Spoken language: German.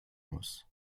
muss